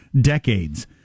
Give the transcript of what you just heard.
decades